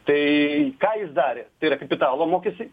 tai ką jis darė tai yra kapitalo mokėsi